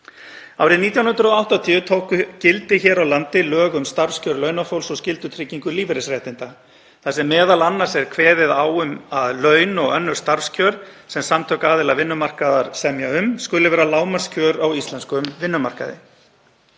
Árið 1980 tóku gildi hér á landi lög um starfskjör launafólks og skyldutryggingu lífeyrisréttinda þar sem m.a. er kveðið á um að laun og önnur starfskjör sem samtök aðila vinnumarkaðar semja um skuli vera lágmarkskjör á íslenskum vinnumarkaði.